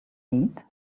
need